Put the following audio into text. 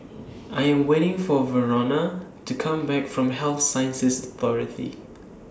I Am waiting For Verona to Come Back from Health Sciences Authority